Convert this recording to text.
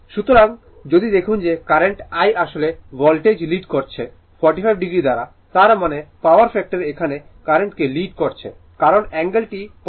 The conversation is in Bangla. সুতরাং যদি দেখুন যে কারেন্ট I আসলে ভোল্টেজ লিড করছে 45o দ্বারা তার মানে পাওয়ার ফ্যাক্টর এখানে কারেন্টকে লিড করছে কারণ অ্যাঙ্গেলটি পজিটিভ